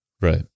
Right